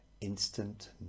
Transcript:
instant